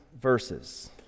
verses